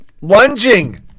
lunging